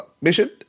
mission